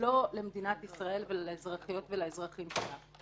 ולא למדינת ישראל ולאזרחיות ולאזרחים שלה.